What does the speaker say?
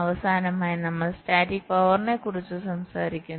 അവസാനമായി നമ്മൾ സ്റ്റാറ്റിക് പവറിനെക്കുറിച്ച് സംസാരിക്കുന്നു